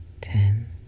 ten